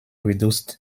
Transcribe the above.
reduced